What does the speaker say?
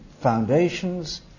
foundations